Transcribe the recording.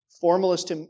Formalist